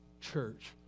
Church